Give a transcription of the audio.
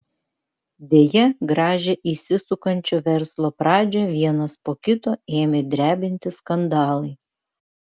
deja gražią įsisukančio verslo pradžią vienas po kito ėmė drebinti skandalai